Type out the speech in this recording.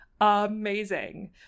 amazing